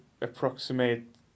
approximate